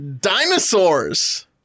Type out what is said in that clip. dinosaurs